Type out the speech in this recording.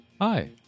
hi